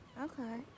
Okay